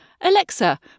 Alexa